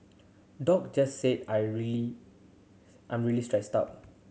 Doc just said I really I'm really stressed out